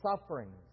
sufferings